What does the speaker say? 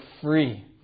free